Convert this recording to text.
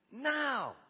Now